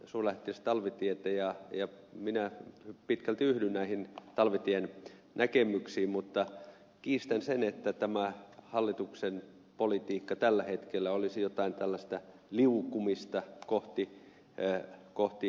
yrttiaho lainasi suurlähettiläs talvitietä ja minä pitkälti yhdyn näihin talvitien näkemyksiin mutta kiistän sen että tämä hallituksen politiikka tällä hetkellä olisi jotain tällaista liukumista kohti nato jäsenyyttä